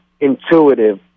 intuitive